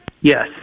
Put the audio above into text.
Yes